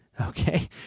Okay